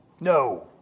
No